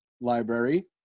library